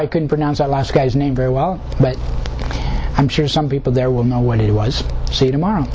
i couldn't pronounce my last guy's name very well but i'm sure some people there will know what he was see tomorrow